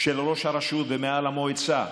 של ראש הרשות ומעל המועצה,